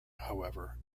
however